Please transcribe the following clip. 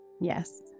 Yes